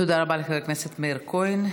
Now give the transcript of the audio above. תודה רבה לחבר הכנסת מאיר כהן.